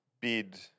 bid